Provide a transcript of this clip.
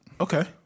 Okay